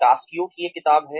कास्कीओ की एक किताब है